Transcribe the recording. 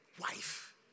wife